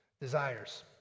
Desires